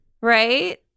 right